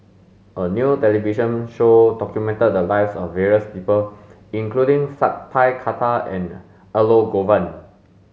a new television show documented the lives of various people including Sat Pal Khattar and Elangovan